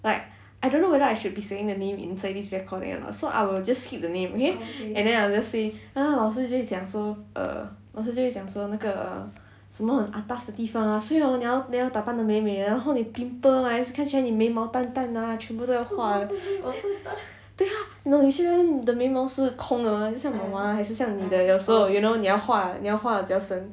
like I don't know whether I should be saying the name inside this recording or not so I will just skip the name okay and then I'll just say 那个老师去讲说 err 老师去讲说那个 err 什么很 atas 的地方所以你要打扮得美美然后你 pimple 还是你的眉毛看起来淡淡的啊全部都要画对啊有些人的眉毛是空的像我啊还是像你的有时候你要画你要画比较深